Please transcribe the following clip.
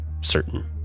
certain